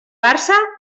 barça